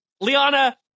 Liana